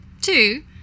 two